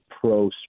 pro